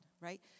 right